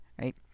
right